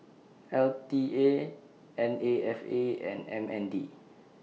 L T A N A F A and M N D